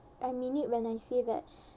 I mean it when I say that